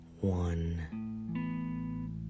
one